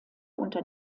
unter